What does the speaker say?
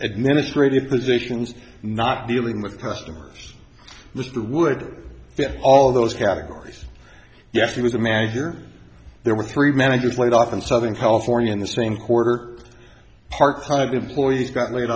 administrative positions not dealing with customers mr wood all those categories yes he was the manager there were three managers laid off in southern california in the same quarter part five employees got laid